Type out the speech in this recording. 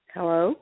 Hello